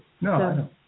No